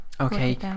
Okay